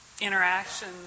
interaction